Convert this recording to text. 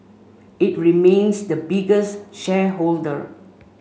it remains the biggest shareholder